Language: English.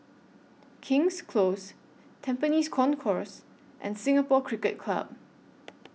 King's Close Tampines Concourse and Singapore Cricket Club